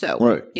Right